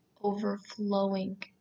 overflowing